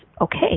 Okay